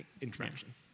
interactions